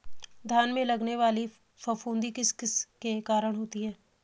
धान में लगने वाली फफूंदी किस किस के कारण होती है?